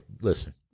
listen